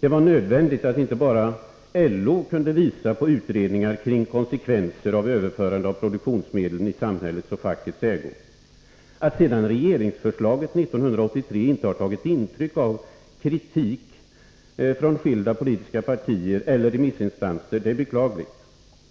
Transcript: Det var nödvändigt att inte bara LO kunde visa på utredningar om konsekvenserna av överförandet av produktionsmedlen i samhällets och fackets ägo. Att sedan regeringsförslaget 1983 inte har tagit intryck av kritik från skilda politiska partier eller remissinstanser är beklagligt.